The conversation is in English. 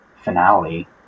finale